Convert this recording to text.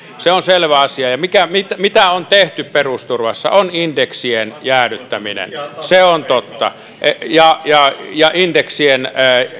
se on selvä asia ja se mitä on tehty perusturvassa on indeksien jäädyttäminen se on totta nolla pilkku kahdeksankymmentäviisi prosenttia indeksien